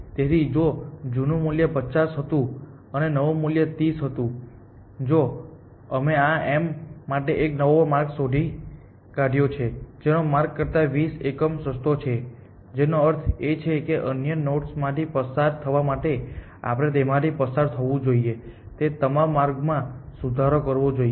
તેથી જો જૂનું મૂલ્ય 50 હતું અને નવું મૂલ્ય 30 હતું તો અમે આ m માટે એક નવો માર્ગ શોધી કાઢ્યો છે જે જૂના માર્ગ કરતા 20 એકમ સસ્તો છે જેનો અર્થ એ છે કે અન્ય નોડ્સ માંથી પસાર થવા માટે આપણે તેમાંથી પસાર થવું જોઈએ તે તમામ માર્ગોમાં સુધારો કરવો જોઈએ